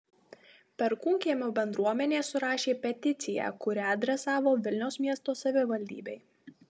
perkūnkiemio bendruomenė surašė peticiją kurią adresavo vilniaus miesto savivaldybei